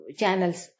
channels